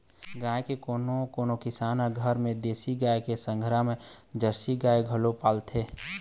गाँव के कोनो कोनो किसान ह घर म देसी गाय के संघरा म जरसी गाय घलोक पालथे